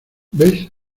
ves